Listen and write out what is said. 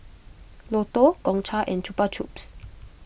Lotto Gongcha and Chupa Chups